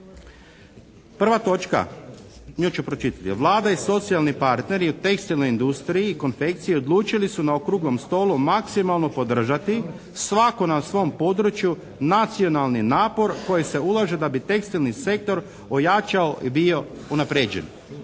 1. točka, nju ću pročitati, Vlada i socijalni partneri u tekstilnoj industriji i konfekciji odlučili su na okruglom stolu maksimalno podržati svatko na svom području nacionalni napor u koji se ulaže da bi tekstilni sektor ojačao i bio unaprijeđen.